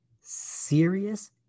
serious